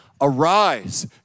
Arise